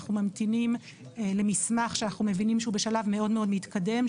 אנחנו ממתינים למסמך שאנחנו מבינים שהוא בשלב מאוד מתקדם,